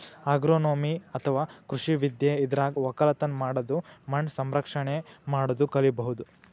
agronomy ಅಥವಾ ಕೃಷಿ ವಿದ್ಯೆ ಇದ್ರಾಗ್ ಒಕ್ಕಲತನ್ ಮಾಡದು ಮಣ್ಣ್ ಸಂರಕ್ಷಣೆ ಮಾಡದು ಕಲಿಬಹುದ್